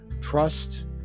Trust